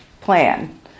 plan